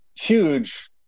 huge